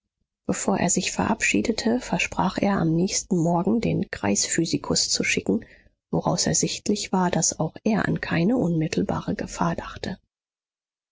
bevor er sich verabschiedete versprach er am nächsten morgen den kreisphysikus zu schicken woraus ersichtlich war daß auch er an keine unmittelbare gefahr dachte